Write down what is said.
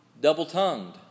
double-tongued